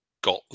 got